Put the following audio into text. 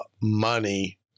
money